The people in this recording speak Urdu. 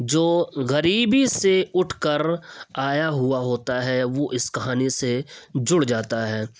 جو غریبی سے اٹھ کر آیا ہوا ہوتا ہے وہ اس کہانی سے جڑ جاتا ہے